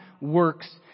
works